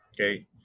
Okay